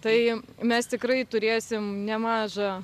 tai mes tikrai turėsim nemažą